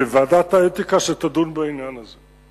וועדת האתיקה תדון בעניין הזה.